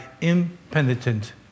impenitent